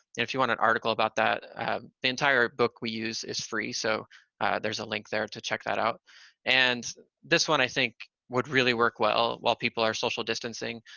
if you want an article about that, the entire book we use is free so there's a link there to check that out and this one, i think, would really work well while people are social distancing.